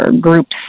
groups